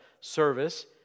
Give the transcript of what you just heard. service